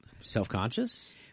self-conscious